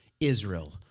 Israel